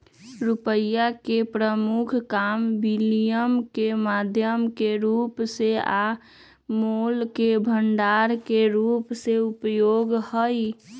रुपइया के प्रमुख काम विनिमय के माध्यम के रूप में आ मोल के भंडार के रूप में उपयोग हइ